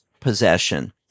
possession